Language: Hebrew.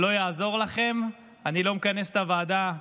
לא יעזור לכם, אני לא מכנס את הוועדה,